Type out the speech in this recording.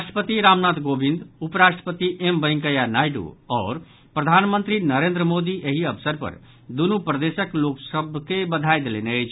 राष्ट्रपति रामनाथ कोविंद उप राष्ट्रपति एम वेंकैया नायडू आओर प्रधानमंत्री नरेन्द्र मोदी एहि अवसर पर दूनू प्रदेशक लोक सभ के बधाई देलनि अछि